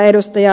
manninen